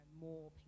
more